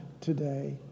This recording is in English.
today